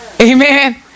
Amen